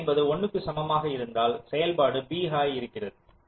a என்பது 1 க்கு சமமாக இருந்தால் செயல்பாடு b ஆக இருக்கிறது